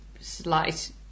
slight